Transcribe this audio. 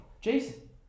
Jason